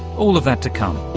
all of that to come.